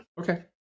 okay